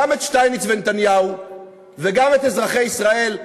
גם את שטייניץ ונתניהו וגם את אזרחי ישראל,